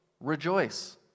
Rejoice